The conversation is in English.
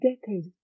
decade